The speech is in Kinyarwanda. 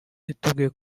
yatubwiye